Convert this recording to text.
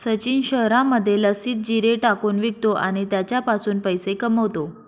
सचिन शहरामध्ये लस्सीत जिरे टाकून विकतो आणि त्याच्यापासून पैसे कमावतो